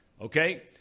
okay